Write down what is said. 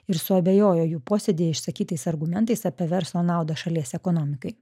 ir suabejojo jų posėdyje išsakytais argumentais apie verslo naudą šalies ekonomikai